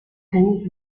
gagner